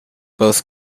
both